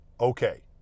okay